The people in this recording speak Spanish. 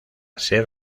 ser